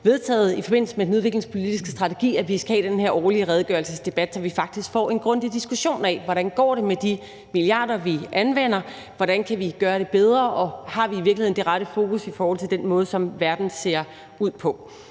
som i forbindelse med den udviklingspolitiske strategi har vedtaget, at vi skal have den her årlige redegørelsesdebat, så vi faktisk får en grundig diskussion af, hvordan det går med de milliarder, vi anvender, hvordan vi kan gøre det bedre, og om vi i virkeligheden har det rette fokus i forhold til den måde, som verden ser ud på.